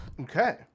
Okay